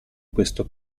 questo